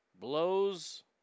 blows